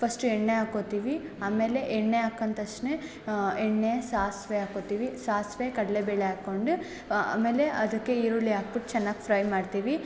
first ಎಣ್ಣೆ ಹಾಕ್ಕೋತೀವಿ ಆಮೇಲೆ ಎಣ್ಣೆ ಹಾಕ್ಕಂದ್ ತಕ್ಷ್ಣ ಎಣ್ಣೆ ಸಾಸಿವೆ ಹಾಕ್ಕೋತಿವಿ ಸಾಸಿವೆ ಕಡಲೆಬೇಳೆ ಹಾಕ್ಕೊಂಡು ಆಮೇಲೆ ಅದಕ್ಕೆ ಈರುಳ್ಳಿ ಹಾಕ್ಬುಟ್ ಚೆನ್ನಾಗಿ ಫ್ರೈ ಮಾಡ್ತೀವಿ